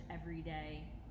everyday